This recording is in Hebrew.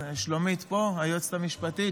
אז שלומית ארליך היועצת המשפטית,